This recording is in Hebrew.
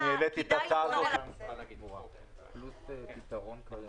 השיטה בתחנות הרכבת היא מדידה באמצעות מצלמות טכנולוגיות טרמיות כדי